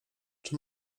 czy